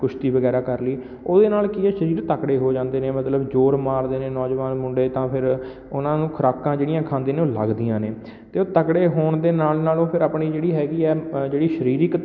ਕੁਸ਼ਤੀ ਵਗੈਰਾ ਕਰ ਲਈ ਓਹਦੇ ਨਾਲ ਕੀ ਹੈ ਸਰੀਰ ਤਕੜੇ ਹੋ ਜਾਂਦੇ ਨੇ ਮਤਲਬ ਜ਼ੋਰ ਮਾਰਦੇ ਨੇ ਨੌਜਵਾਨ ਮੁੰਡੇ ਤਾਂ ਫਿਰ ਉਹਨਾ ਨੂੰ ਖੁਰਾਕਾਂ ਜਿਹੜੀਆਂ ਖਾਂਦੇ ਨੇ ਉਹ ਲੱਗਦੀਆਂ ਨੇ ਅਤੇ ਉਹ ਤਕੜੇ ਹੋਣ ਦੇ ਨਾਲ ਨਾਲ ਉਹ ਫਿਰ ਆਪਣੀ ਜਿਹੜੀ ਹੈਗੀ ਹੈ ਜਿਹੜੀ ਸਰੀਰਿਕ